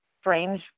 strange